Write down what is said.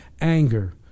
anger